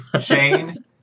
Shane